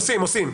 עושים.